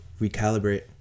recalibrate